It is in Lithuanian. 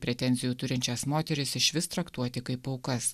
pretenzijų turinčias moteris išvis traktuoti kaip aukas